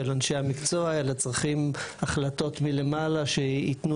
של אנשי המקצוע אלא צריכים החלטות מלמעלה שיתנו